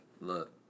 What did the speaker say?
look